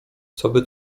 coby